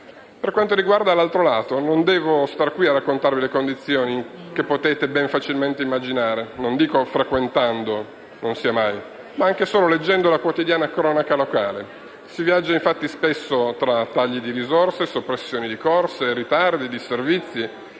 Per quanto riguarda l'altro lato, non devo star qui a raccontarvi le condizioni che potete ben facilmente immaginare, non dico frequentandolo - non sia mai - ma anche solo leggendo la quotidiana cronaca locale. Si viaggia infatti troppo spesso tra tagli di risorse, soppressione di corse, ritardi e disservizi;